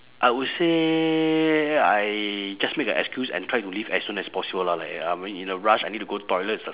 I would say I just make a excuse and try to leave as soon as possible lah like I in a rush I need to go toilet